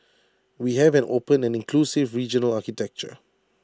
we have an open and inclusive regional architecture